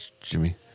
Jimmy